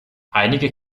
einige